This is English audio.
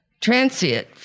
transient